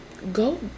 go